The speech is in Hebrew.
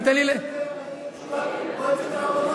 מאיפה אתה יודע מה תהיה תשובת מועצת הרבנות?